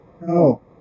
No